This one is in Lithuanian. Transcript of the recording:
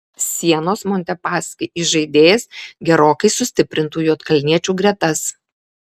sienos montepaschi įžaidėjas gerokai sustiprintų juodkalniečių gretas